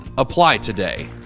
apply today.